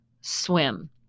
swim